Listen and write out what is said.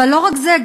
אבל לא רק זה,